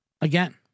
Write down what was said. again